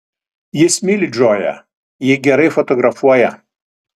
jis myli džoją ji gerai fotografuoja